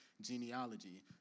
genealogy